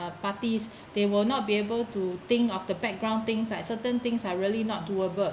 parties they will not be able to think of the background things like certain things are really not do able